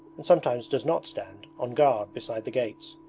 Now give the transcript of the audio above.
and sometimes does not stand, on guard beside the gates,